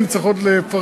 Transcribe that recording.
אני צריך עוד לפרט,